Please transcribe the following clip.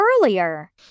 earlier